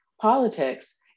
politics